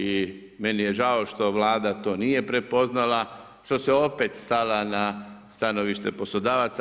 I meni je žao što Vlada to nije prepoznala, što se opet stala na stanovište poslodavaca.